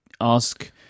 ask